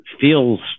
feels